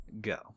Go